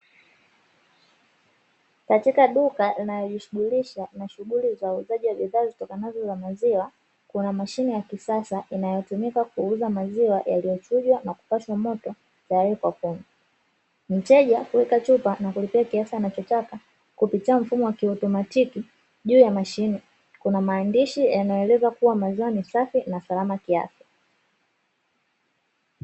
Katika duka linalojishughulisha na shughuli za uuzaji wa bidhaa zitokanazo na maziwa, kuna mashine ya kisasa inayotumika kuuza maziwa yaliyochujwa na kupashwa moto tayari kwa kunywa. Mteja huweka chupa na kulipia kiasi anachotaka kupitia mfumo wa kiautomatiki. Juu ya mashine kuna maandishi yanayoeleza kuwa maziwa ni safi na salama kiafya.